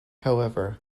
however